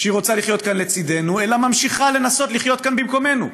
שהיא רוצה לחיות כאן לצידנו אלא ממשיכה לנסות לחיות כאן במקומנו.